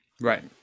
Right